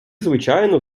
звичайну